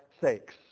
sakes